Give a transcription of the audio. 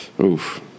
Oof